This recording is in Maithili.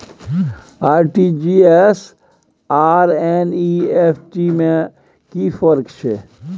आर.टी.जी एस आर एन.ई.एफ.टी में कि फर्क छै?